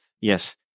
Yes